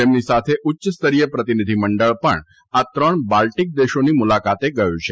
તેમની સાથે ઉચ્ચસ્તરીય પ્રતિનિધિમંડળ પણ આ ત્રણ બાલ્ટીક દેશોની મુલાકાતે ગયું છે